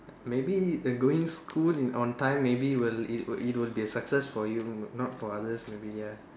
maybe going school in on time maybe will it will it will be a success for you not for others maybe ya